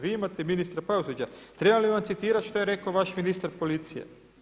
Vi imate ministra pravosuđa, trebali vam citirati šta je rekao vaš ministar policije?